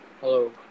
Hello